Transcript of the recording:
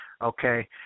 Okay